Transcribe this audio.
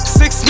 six